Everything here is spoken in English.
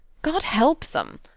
god help them!